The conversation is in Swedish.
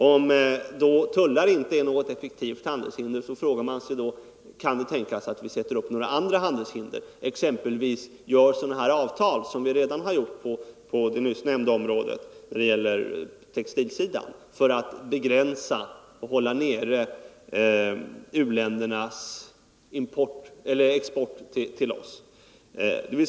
Om tullar inte är något effektivt handelshinder, frågar man sig om det kan tänkas att vi sätter upp andra hinder, exempelvis sådana avtal som vi redan träffat på textilområdet, för att hålla u-ländernas export till oss nere.